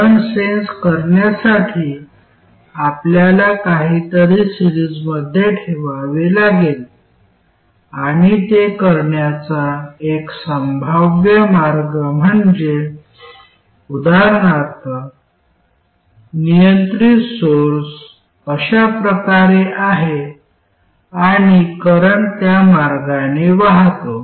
current sense करण्यासाठी आपल्याला काहीतरी सिरीजमध्ये ठेवावे लागेल आणि ते करण्याचा एक संभाव्य मार्ग म्हणजे उदाहरणार्थ नियंत्रित सोर्स अशा प्रकारे आहे आणि करंट त्या मार्गाने वाहतो